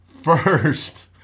First